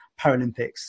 Paralympics